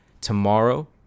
tomorrow